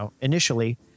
initially